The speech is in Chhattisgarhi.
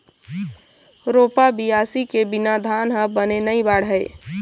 रोपा, बियासी के बिना धान ह बने नी बाढ़य